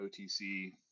otc